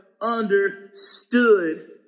understood